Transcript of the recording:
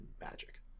Magic